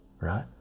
right